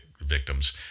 victims